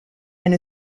and